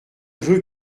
veux